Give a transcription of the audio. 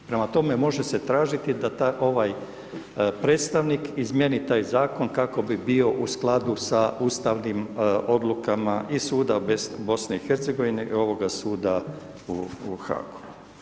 Prema tome, može se tražiti da ovaj predstavnik izmijeni taj zakon kako bi bio u skladu sa ustavnim odlukama i suda BiH i ovoga suda u Haagu.